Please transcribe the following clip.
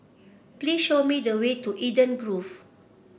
please show me the way to Eden Grove